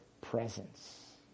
presence